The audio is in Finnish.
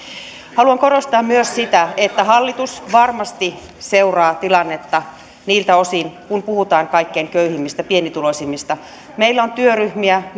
haluan korostaa myös sitä että hallitus varmasti seuraa tilannetta niiltä osin kuin puhutaan kaikkein köyhimmistä pienituloisimmista meillä on työryhmiä